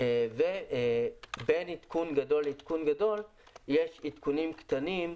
ובין עדכון גדול אחד לשני יש עדכונים קטנים,